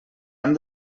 han